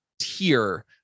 tier